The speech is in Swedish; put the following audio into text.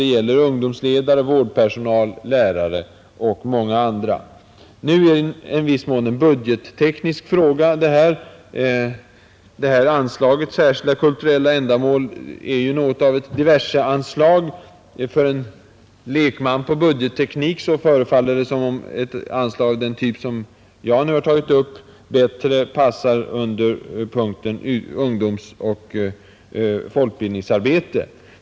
Det gäller ungdomsledare, vårdpersonal, lärare och många andra. Nu är detta i viss mån en budgetteknisk fråga. Det här anslaget — Bidrag till särskilda kulturella ändamål — är ju något av ett diverscanslag; för den som är lekman när det gäller budgetteknik förefaller det som om ett anslag av den typ jag nu tagit upp bättre passar under Ungdoms-och folkbildningsverksamhet.